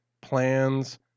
plans